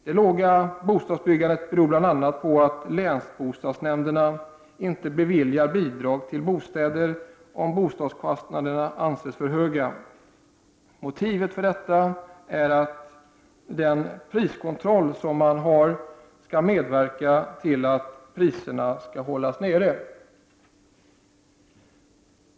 Det låga bostadsbyggandet beror bl.a. på att länsbostadsnämnderna inte beviljar bidrag till bostäder om byggkostnaderna anses för höga. Motivet för detta är att priskontrollen anses medverka till att priserna hålls nere.